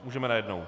Můžeme najednou.